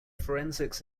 forensics